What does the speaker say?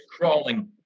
crawling